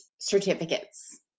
certificates